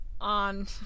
on